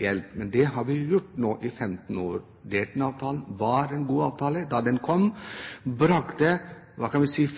hjelp, men det har vi gjort nå i 15 år. Dayton-avtalen var en god avtale da den kom på plass, og brakte